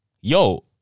yo